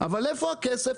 אבל איפה הכסף?